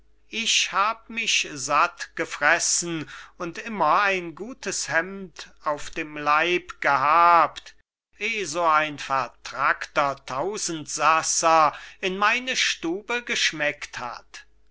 ich hab mich satt gefressen und immer ein gutes hemd auf dem leib gehabt eh so ein vertrackter tausendsasa in meine stube geschmeckt hat